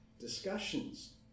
discussions